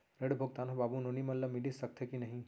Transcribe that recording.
ऋण भुगतान ह बाबू नोनी मन ला मिलिस सकथे की नहीं?